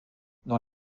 dans